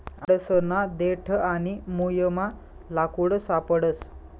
आडसना देठ आणि मुयमा लाकूड सापडस